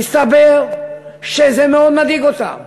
הסתבר שזה מאוד מדאיג אותן.